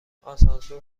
آسانسور